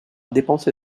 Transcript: dépensé